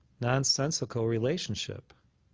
nonsensical relationship.